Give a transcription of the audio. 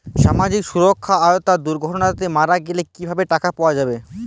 সামাজিক সুরক্ষার আওতায় দুর্ঘটনাতে মারা গেলে কিভাবে টাকা পাওয়া যাবে?